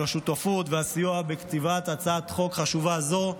על השותפות והסיוע בכתיבת הצעת החוק החשובה הזו.